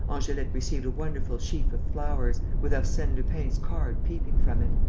angelique received a wonderful sheaf of flowers, with arsene lupin's card peeping from it.